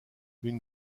une